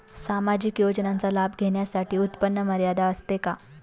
सामाजिक योजनांचा लाभ घेण्यासाठी उत्पन्न मर्यादा असते का?